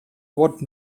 what